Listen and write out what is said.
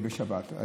בשבת.